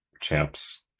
champs